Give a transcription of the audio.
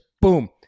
boom